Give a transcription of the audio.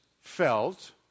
felt